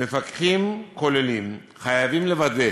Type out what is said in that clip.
מפקחים כוללים חייבים לוודא